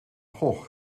gogh